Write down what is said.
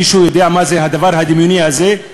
מישהו יודע מה זה הדבר הדמיוני הזה?